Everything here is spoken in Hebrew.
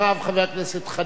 חבר הכנסת חנין,